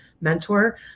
mentor